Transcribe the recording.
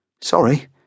Sorry